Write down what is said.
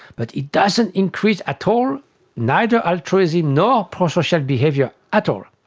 but it doesn't increase at all neither altruism nor prosocial behaviour at all.